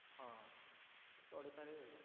ହଁ ଚଳିପାରିବେ ଆଉ